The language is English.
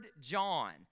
John